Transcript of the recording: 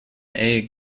egg